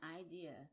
idea